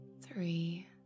three